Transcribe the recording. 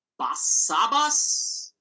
basabas